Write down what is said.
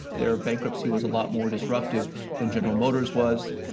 their bankruptcy was a lot more disruptive than general motors' was.